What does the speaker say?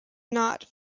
not